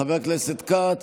חבר הכנסת כץ,